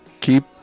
keep